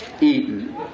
eaten